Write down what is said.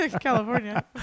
California